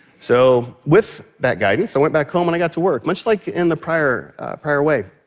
so with that guidance, i went back home, and i got to work, much like in the prior prior way.